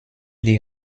die